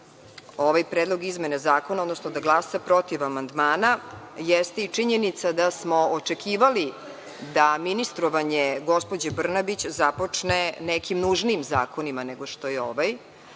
ovaj predlog izmene zakona, odnosno da glasa protiv amandmana jeste i činjenica da smo očekivali da ministrovanje gospođe Brnabić započne nekim nužnijim zakonima nego što je ova,